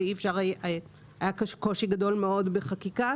היה קושי גדול מאוד בחקיקה.